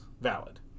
valid